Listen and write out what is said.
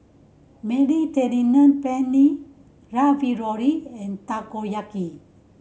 Mediterranean Penne Ravioli and Takoyaki